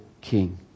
king